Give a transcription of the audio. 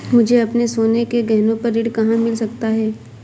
मुझे अपने सोने के गहनों पर ऋण कहाँ मिल सकता है?